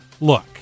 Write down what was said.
look